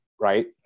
Right